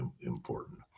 important